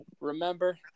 Remember